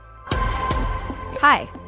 Hi